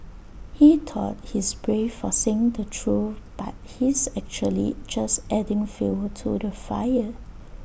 he thought he's brave for saying the truth but he's actually just adding fuel to the fire